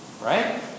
Right